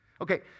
Okay